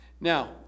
Now